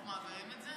אנחנו מעבירים את זה?